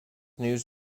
news